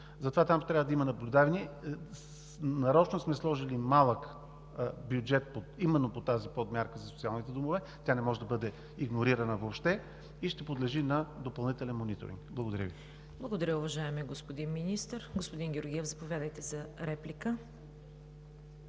Затова там трябва да има наблюдение. Нарочно сме сложили малък бюджет, именно по тази подмярка за социалните домове. Тя не може да бъде игнорирана въобще и ще подлежи на допълнителен мониторинг. Благодаря Ви. ПРЕДСЕДАТЕЛ ЦВЕТА КАРАЯНЧЕВА: Благодаря Ви, уважаеми господин Министър. Господин Георгиев, заповядайте за реплика.